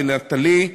לנטלי,